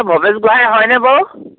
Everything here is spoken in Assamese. ভৱেশ গোহাঁই হয়নে বাৰু